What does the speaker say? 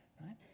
right